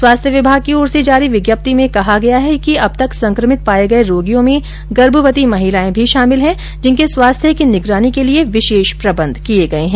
स्वास्थ्य विभाग की ओर से जारी विज्ञप्ति में कहा गया है कि अब तक संक्रमित पाए गए रोगियों में गर्भवती महिलाएं भी शामिल हैं जिनके स्वास्थ्य की निगरानी के लिए विशेष प्रबंध किए गए हैं